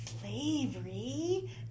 slavery